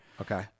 Okay